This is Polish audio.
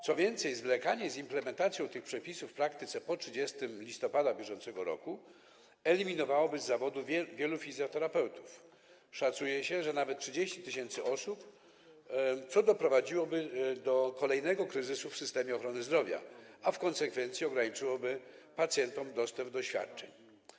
Co więcej, zwlekanie z implementacją tych przepisów w praktyce po 30 listopada br. eliminowałoby z zawodu wielu fizjoterapeutów - szacuje się, że nawet 30 tys. osób - co doprowadziłoby do kolejnego kryzysu w systemie ochrony zdrowia, a w konsekwencji ograniczyłoby pacjentom dostęp do świadczeń.